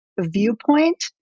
viewpoint